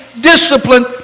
discipline